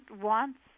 wants